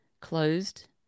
closed